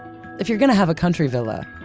if you're going to have a country villa,